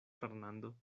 fernando